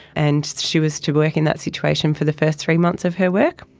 and she was to work in that situation for the first three months of her work.